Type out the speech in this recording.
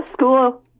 school